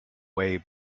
way